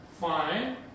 fine